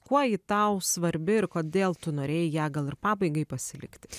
kuo ji tau svarbi ir kodėl tu norėjai ją gal ir pabaigai pasilikti